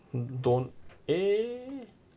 don't eh